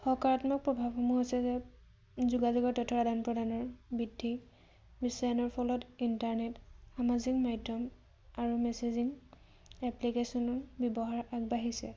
সকাৰাত্মক প্ৰভাৱসমূহ হৈছে যে যোগাযোগৰ তথ্যৰ আদান প্ৰদানৰ বৃদ্ধি বিশ্বায়নৰ ফলত ইণ্টাৰনেট সামাজিক মাধ্যম আৰু মেছেজিং এপ্লিকেশ্যনৰো ব্যৱহাৰ আগবাঢ়িছে